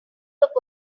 look